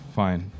fine